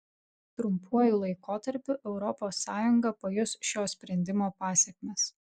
trumpuoju laikotarpiu europos sąjunga pajus šio sprendimo pasekmes